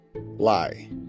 lie